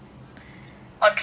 outram okay